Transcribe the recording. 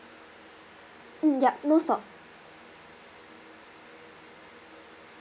mm ya no salt